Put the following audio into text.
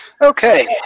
Okay